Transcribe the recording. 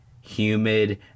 humid